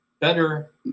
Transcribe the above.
better